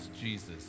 Jesus